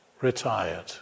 retired